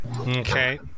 Okay